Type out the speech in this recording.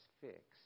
fixed